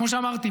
כמו שאמרתי,